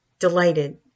delighted